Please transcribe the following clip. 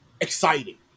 exciting